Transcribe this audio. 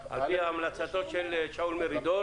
על פי המלצתו של שאול מרידור,